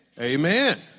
amen